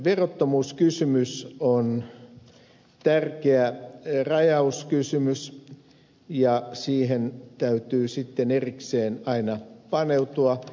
verottomuuskysymys on tärkeä rajauskysymys ja siihen täytyy sitten erikseen aina paneutua